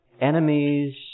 Enemies